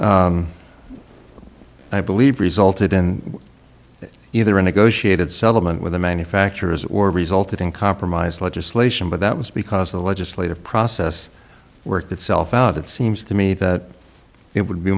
ago i believe resulted in either a negotiated settlement with the manufacturers or resulted in compromised legislation but that was because the legislative process worked itself out it seems to me that it would be